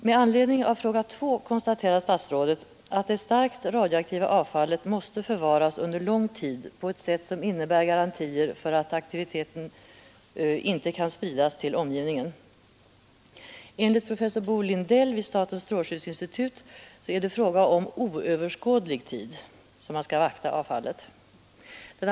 Med anledning av min andra fråga konstaterar statsrådet att det starkt radioaktiva avfallet måste förvaras under lång tid på ett sätt som innebär garantier för att aktiviteten inte kan spridas till omgivningen. Enligt professor Bo Lindell vid statens strålskyddsinstitut är det fråga om att vakta avfallet under oöverskådlig tid.